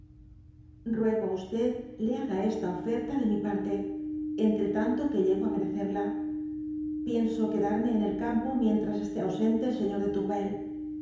estas aventara dby google ha esta oferta de mi parte entretanto que llego á merecerla pienso quedarme en el campo mientras esté ausente el señor de